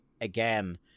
again